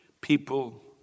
people